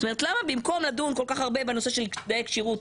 זאת אומרת למה במקום לדון כל כך הרבה בנושא של תנאי כשירות,